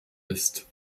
ist